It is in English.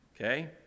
Okay